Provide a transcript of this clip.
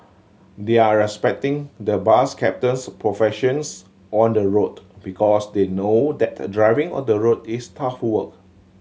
they're respecting the bus captain's professions on the road because they know that driving on the road is tough work